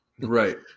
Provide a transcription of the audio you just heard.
right